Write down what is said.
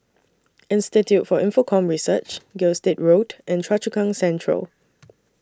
Institute For Infocomm Research Gilstead Road and Choa Chu Kang Central